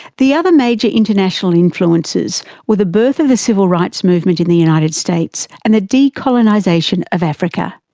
the other major international influences were the birth of the civil rights movement in the united states and the decolonisation of africa.